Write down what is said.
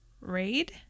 Raid